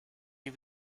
you